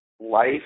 life